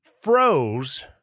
froze